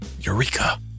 Eureka